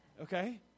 Okay